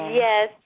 yes